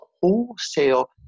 wholesale